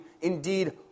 indeed